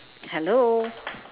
hello